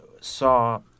saw